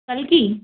कल की